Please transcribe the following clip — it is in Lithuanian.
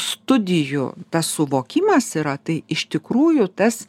studijų tas suvokimas yra tai iš tikrųjų tas